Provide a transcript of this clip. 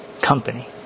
company